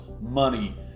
money